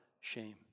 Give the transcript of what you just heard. shame